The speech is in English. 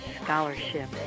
scholarship